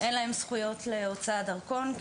אין להן זכויות להוצאת דרכון,